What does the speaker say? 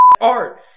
art